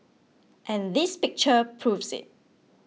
and this picture proves it